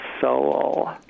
soul